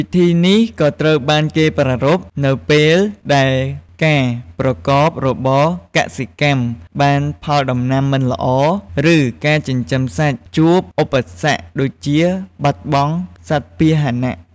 ពិធីនេះក៏ត្រូវបានគេប្រារព្ធ នៅពេលដែលការប្រកបរបរកសិកម្មបានផលដំណាំមិនល្អ ឬការចិញ្ចឹមសត្វជួបឧបសគ្គដូចជាបាត់បង់សត្វពាហន។